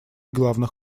главных